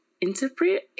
interpret